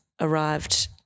arrived